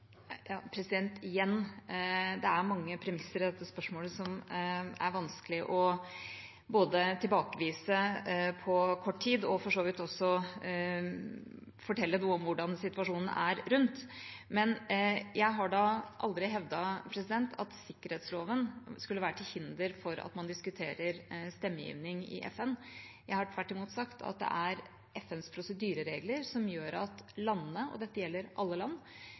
Igjen: Det er mange premisser i dette spørsmålet som det er vanskelig både å tilbakevise på kort tid og for så vidt også å fortelle hvordan situasjonen er rundt. Men jeg har da aldri hevdet at sikkerhetsloven skulle være til hinder for at man diskuterer stemmegivning i FN. Jeg har tvert imot sagt at det er FNs prosedyreregler som gjør at landene, og dette gjelder alle land,